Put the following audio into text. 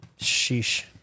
Sheesh